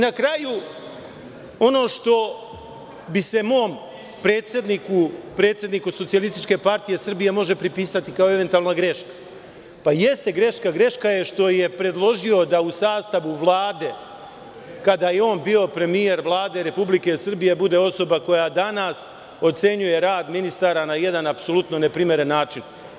Na kraju, ono što bi se mom predsedniku, predsedniku SPS-a, moglo pripisati kao eventualna greška, pa jeste greška, greška je što je predložio da u sastavu Vlade kada je on bio premijer Vlade Republike Srbije bude osoba koja danas ocenjuje rad ministara na jedan apsolutno neprimeren način.